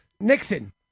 Nixon